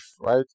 right